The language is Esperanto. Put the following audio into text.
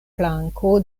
flanko